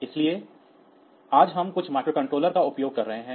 इसलिए आज हम कुछ माइक्रोकंट्रोलर का उपयोग कर रहे हैं